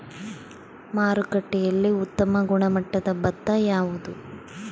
ಮಾರುಕಟ್ಟೆಯಲ್ಲಿ ಉತ್ತಮ ಗುಣಮಟ್ಟದ ಭತ್ತ ಯಾವುದು?